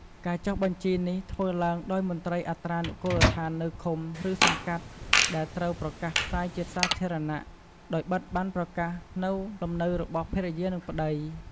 ការចុះបញ្ជីនេះធ្វើឡើងដោយមន្ត្រីអត្រានុកូលដ្ឋាននៅឃុំ ឬសង្កាត់ ដែលត្រូវប្រកាសផ្សាយជាសាធារណៈ ដោយបិទប័ណ្ណប្រកាសនៅលំនៅរបស់ ភរិយា និងប្ដី។